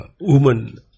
woman